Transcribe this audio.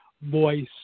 voice